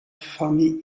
famille